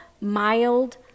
mild